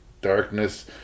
darkness